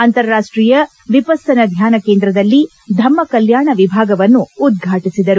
ಅಂತಾರಾಷ್ವೀಯ ವಿಪಸ್ಸನ ಧ್ಯಾನ ಕೇಂದ್ರದಲ್ಲಿ ಧಮ್ಮ ಕಲ್ಕಾಣ ವಿಭಾಗವನ್ನು ಉದ್ಘಾಟಿಸಿದರು